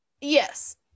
Yes